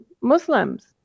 Muslims